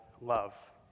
love